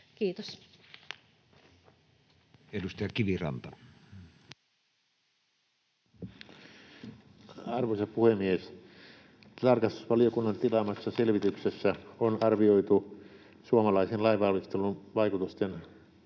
Time: 17:51 Content: Arvoisa puhemies! Tarkastusvaliokunnan tilaamassa selvityksessä on arvioitu suomalaisen lainvalmistelun vaikutusarvioinnin